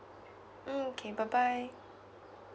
mm okay bye bye